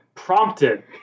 prompted